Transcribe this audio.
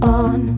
on